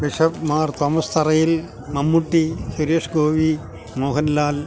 bishop Mar Thomas Tharayil Mammootty Suresh Gopi Mohan Lal